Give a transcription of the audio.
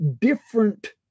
Different